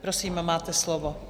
Prosím, máte slovo.